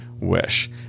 wish